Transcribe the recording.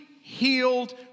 healed